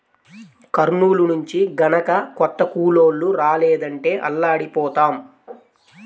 కర్నూలు నుంచి గనక కొత్త కూలోళ్ళు రాలేదంటే అల్లాడిపోతాం